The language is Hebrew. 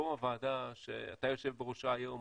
לא ועדה שאתה יושב בראשה היום,